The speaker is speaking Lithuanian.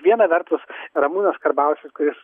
viena vertus ramūnas karbauskis kuris